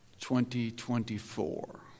2024